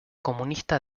comunista